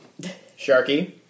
Sharky